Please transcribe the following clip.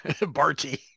Barty